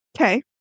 Okay